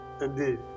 indeed